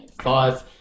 five